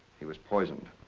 he was poisoned.